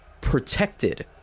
protected